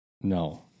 No